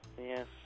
yes